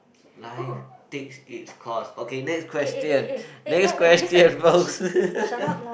life takes its course okay next question next question folks